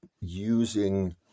using